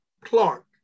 Clark